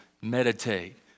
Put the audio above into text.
meditate